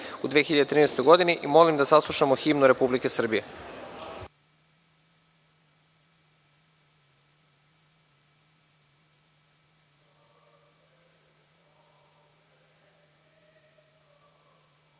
u 2013. godini i molim da saslušamo himnu Republike